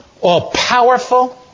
all-powerful